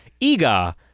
Iga